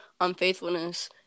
unfaithfulness